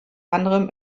anderem